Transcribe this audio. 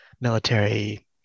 military